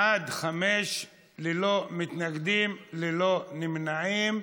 בעד, חמישה, ללא מתנגדים, ללא נמנעים.